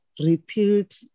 repealed